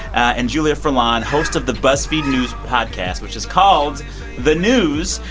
and julia furlan, host of the buzzfeed news podcast, which is called the news,